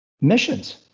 missions